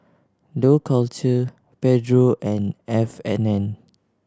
Dough Culture Pedro and F and N